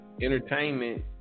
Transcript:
entertainment